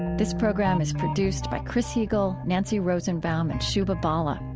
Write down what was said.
this program is produced by chris heagle, nancy rosenbaum and shubha bala.